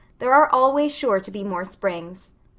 there are always sure to be more springs.